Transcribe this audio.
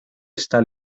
esta